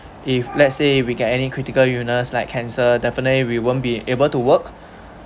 if let's say if we get any critical illnesses like cancer definitely we won't be able to work